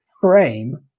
frame